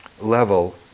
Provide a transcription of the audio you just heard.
level